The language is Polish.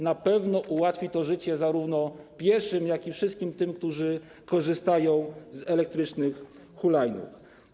Na pewno ułatwi to życie zarówno pieszym, jak i wszystkim tym, którzy korzystają z elektrycznych hulajnóg.